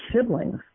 siblings